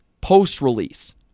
post-release